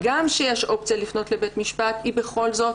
הגם שיש אופציה לפנות לבית המשפט, היא בכל זאת